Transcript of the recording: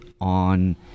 on